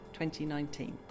2019